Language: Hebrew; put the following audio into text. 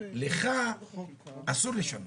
לך אסור לשנות.